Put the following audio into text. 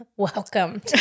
Welcome